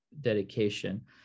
dedication